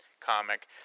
comic